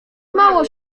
mało